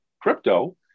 crypto